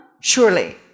surely